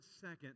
second